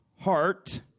heart